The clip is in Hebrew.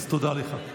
אז תודה לך.